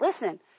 Listen